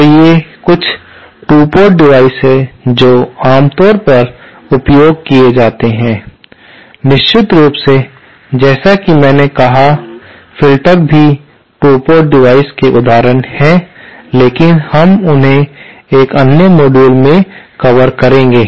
तो ये कुछ 2 पोर्ट डिवाइस हैं जो आमतौर पर उपयोग किए जाते हैं निश्चित रूप से जैसा कि मैंने कहा फिल्टर भी 2 पोर्ट डिवाइस के उदाहरण हैं लेकिन हम उन्हें एक अलग मॉड्यूल में कवर करेंगे